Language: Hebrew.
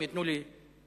אם ייתנו לי זמן,